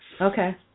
okay